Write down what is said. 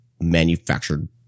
manufactured